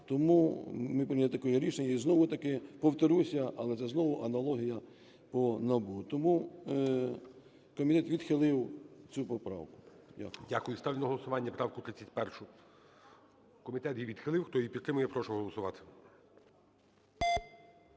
Тому ми прийняли таке рішення, і знову-таки повторюся, але це знову аналогія по НАБУ. Тому комітет відхилив цю поправку. Дякую. ГОЛОВУЮЧИЙ. Дякую. Ставлю на голосування правку 31. Комітет її відхилив. Хто її підтримує, прошу голосувати.